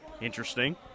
Interesting